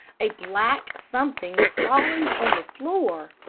a black something crawling on the floor.